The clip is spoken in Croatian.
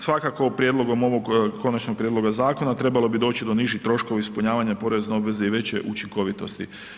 Svakako prijedlogom ovog konačnog prijedloga zakona trebalo bi doći do nižih troškova ispunjavanja porezne obveze i veće učinkovitosti.